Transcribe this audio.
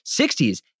60s